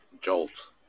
jolt